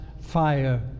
fire